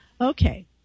okay